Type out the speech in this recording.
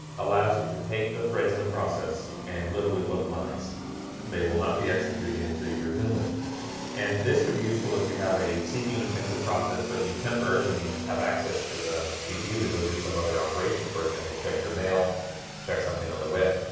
allows you to take the threads in a process and literally put them on ice they will not be executing until you resume them and this could be useful if you have a cpu intensive process but you temporarily need to have access to the cpu to go do some other operation for example, check your mail check something on the web